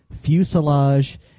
Fuselage